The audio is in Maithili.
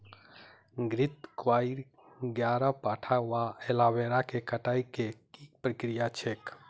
घृतक्वाइर, ग्यारपाठा वा एलोवेरा केँ कटाई केँ की प्रक्रिया छैक?